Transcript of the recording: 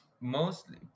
mostly